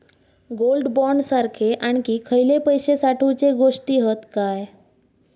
Gold bond सारखे आणखी खयले पैशे साठवूचे गोष्टी हत काय?